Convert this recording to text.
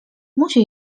musi